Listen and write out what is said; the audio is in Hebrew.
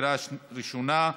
למתן טיפול (תיקון מס' 3) (הגדרת עובד רווחה),